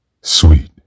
Sweet